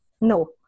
no